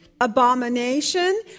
abomination